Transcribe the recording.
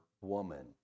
woman